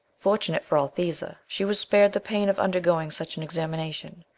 fortunate for althesa she was spared the pain of undergoing such an examination.